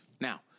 Now